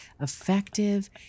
effective